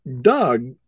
Doug